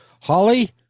holly